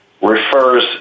refers